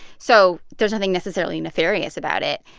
so there's nothing necessarily nefarious about it,